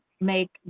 make